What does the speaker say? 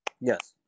Yes